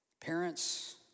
Parents